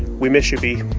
we miss you, v.